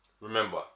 remember